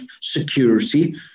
security